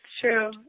true